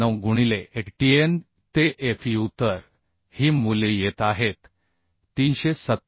9 गुणिले Atn ते Fu तर ही मूल्ये येत आहेत 387